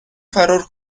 فرار